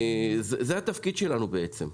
זה בעצם התפקיד שלנו,